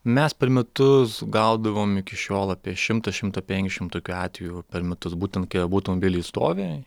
mes per metus gaudavom iki šiol apie šimtą šimtą penkšim tokių atvejų per metus būtent kai abu automobiliai stovi